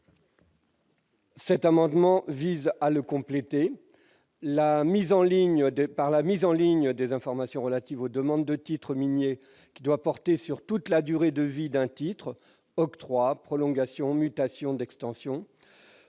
53 rectifié vise à le compléter. La mise en ligne des informations relatives aux demandes de titre minier doit valoir pour toute la durée de vie d'un titre- octroi, prolongation, mutation, extension